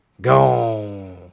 Gone